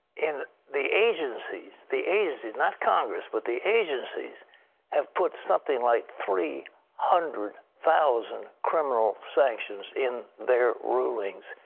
in the agencies the agencies not congress, but the agencies have put something like three hundred thousand criminal sanctions in their rulings.